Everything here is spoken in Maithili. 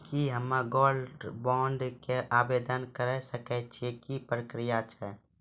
की हम्मय गोल्ड बॉन्ड के आवदेन करे सकय छियै, की प्रक्रिया छै?